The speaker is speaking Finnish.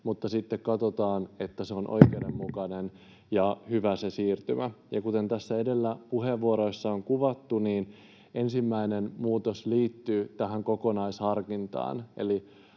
mutta sitten katsotaan, että se siirtymä on oikeudenmukainen ja hyvä. Kuten tässä edellä puheenvuoroissa on kuvattu, niin ensimmäinen muutos liittyy tähän kokonaisharkintaan.